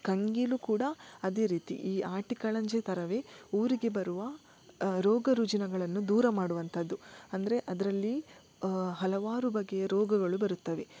ಕಂಗಿಲು ಕೂಡ ಅದೇ ರೀತಿ ಈ ಆಟಿಕಳಂಜೆ ಥರವೇ ಊರಿಗೆ ಬರುವ ರೋಗ ರುಜಿನಗಳನ್ನು ದೂರ ಮಾಡುವಂತದ್ದು ಅಂದರೆ ಅದರಲ್ಲಿ ಹಲವಾರು ಬಗೆಯ ರೋಗಗಳು ಬರುತ್ತವೆ